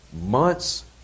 months